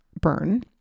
burn